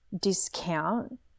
discount